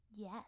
Yes